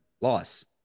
loss